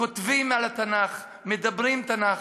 כותבים על התנ"ך, מדברים תנ"ך.